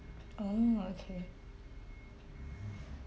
oh okay